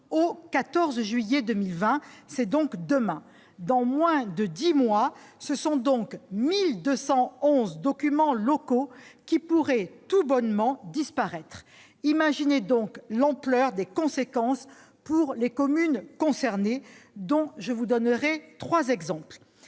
au 14 juillet 2020. C'est demain ! Dans moins de dix mois, ce sont donc 1 211 documents locaux qui pourraient tout bonnement disparaître. Imaginez l'ampleur des conséquences pour les communes concernées ! Je vous en donnerai trois exemples.